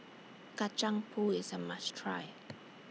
Kacang Pool IS A must Try